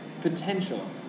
potential